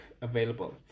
available